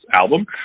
album